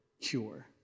cure